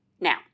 Now